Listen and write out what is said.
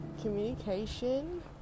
communication